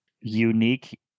Unique